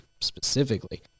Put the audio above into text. specifically